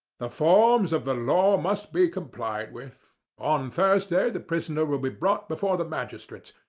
the forms of the law must be complied with. on thursday the prisoner will be brought before the magistrates,